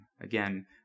Again